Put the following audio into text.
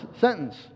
sentence